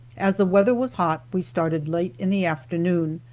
as the weather was hot we started late in the afternoon,